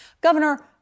Governor